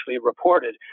reported